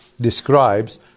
describes